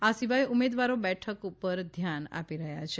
આ સિવાય ઉમેદવારો બેઠકો પર ધ્યાન આપી રહ્યા છે